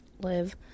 live